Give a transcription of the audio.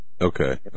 Okay